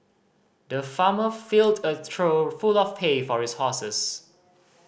the farmer filled a trough full of hay for his horses